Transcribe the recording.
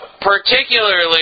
particularly